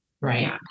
Right